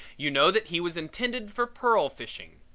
you know that he was intended for pearl fishing.